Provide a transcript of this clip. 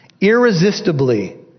irresistibly